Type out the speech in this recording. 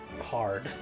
Hard